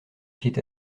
pied